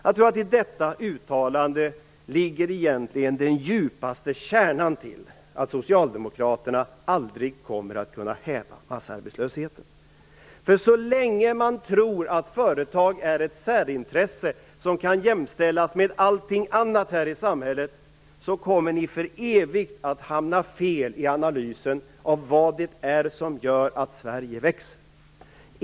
Jag tror att i detta uttalande ligger egentligen själva kärnan till att Socialdemokraterna aldrig kommer att kunna häva massarbetslösheten. Så länge ni tror att företag är ett särintresse som kan jämställas med alla andra här i samhället kommer ni för evigt att hamna fel i analysen av vad det är som gör att Sverige växer.